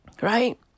Right